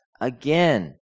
again